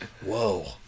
Whoa